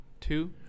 two